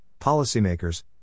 policymakers